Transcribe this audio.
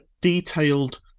Detailed